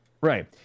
Right